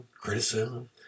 criticism